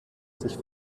sich